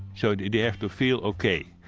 so they they have to feel ok.